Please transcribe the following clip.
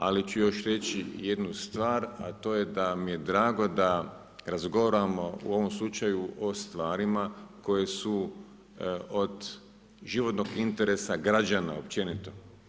Ali ću još reći jednu stvar a to je da mi je drago da razgovaramo u ovom slučaju o stvarima koje su od životnog interesa građana općenito.